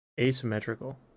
Asymmetrical